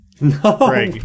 No